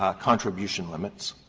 ah contribution limits,